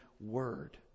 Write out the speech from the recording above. Word